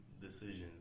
decisions